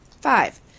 Five